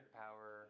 power